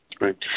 Right